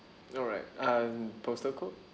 alright and postal code